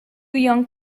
young